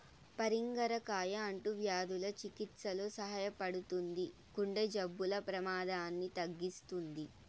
పరింగర కాయ అంటువ్యాధుల చికిత్సలో సహాయపడుతుంది, గుండె జబ్బుల ప్రమాదాన్ని తగ్గిస్తుంది